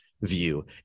view